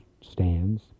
stands